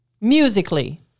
Musically